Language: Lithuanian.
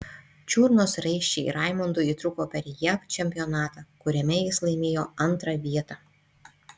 čiurnos raiščiai raimundui įtrūko per jav čempionatą kuriame jis laimėjo antrą vietą